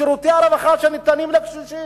שירותי הרווחה שניתנים לקשישים.